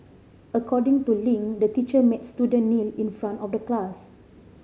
according to Ling the teacher made student kneel in front of the class